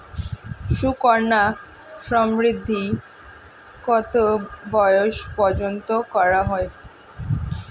সুকন্যা সমৃদ্ধী কত বয়স পর্যন্ত করা যায়?